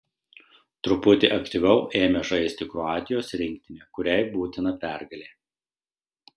truputį aktyviau ėmė žaisti kroatijos rinktinė kuriai būtina pergalė